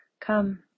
Come